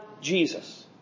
Jesus